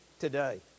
today